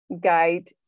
guide